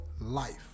life